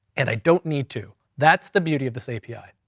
and i don't need to, that's the beauty of this api.